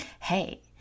hey